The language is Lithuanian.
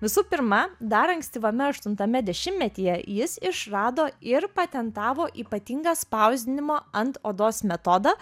visų pirma dar ankstyvame aštuntame dešimtmetyje jis išrado ir patentavo ypatingą spausdinimo ant odos metodą